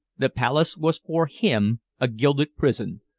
the palace was for him a gilded prison,